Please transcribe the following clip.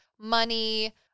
money